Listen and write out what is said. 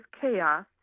chaos